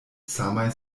samaj